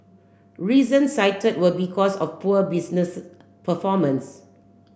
reasons cited were because of poor business performance